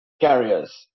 carriers